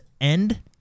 end